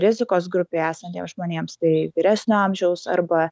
rizikos grupėj esantiems žmonėms tai vyresnio amžiaus arba